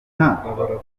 nka